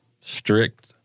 strict